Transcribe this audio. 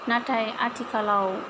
नाथाय आथिखालाव